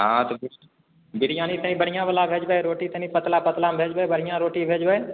हँ तऽ बिरियानी तनी बढ़िआँ बला भेजबै रोटी तनी पतला पतलामे भेजबै बढ़िआँ रोटी भेजबै